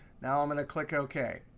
now, i'm going to click ok.